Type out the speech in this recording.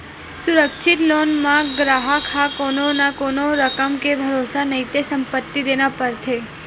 सुरक्छित लोन म गराहक ह कोनो न कोनो रकम के भरोसा नइते संपत्ति देना परथे